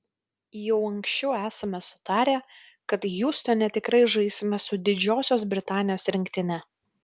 jau anksčiau esame sutarę kad hjustone tikrai žaisime su didžiosios britanijos rinktine